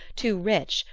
too rich,